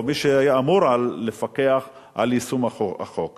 או מי שהיה אמור לפקח על יישום החוק.